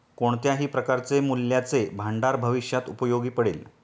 कोणत्याही प्रकारचे मूल्याचे भांडार भविष्यात उपयोगी पडेल